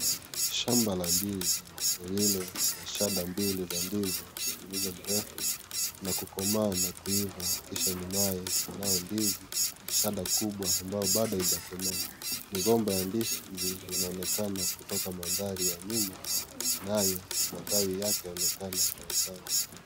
Shamba la ndizi lililo na shada mbili za ndizi zilizo mrefu na kukomaa na kuiva kisha nyumaye kunao ndizi shada kubwa ambayo bado haija komaa migomba ya ndizi inaonekana kutoka mandhari ya nyuma nayo matawi yake yanaonekana sawasawa.